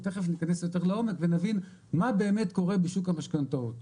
ותכף ניכנס יותר לעומק ונבין מה קורה בשוק המשכנתאות.